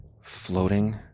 floating